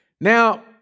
Now